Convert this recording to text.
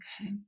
Okay